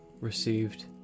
received